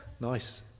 Nice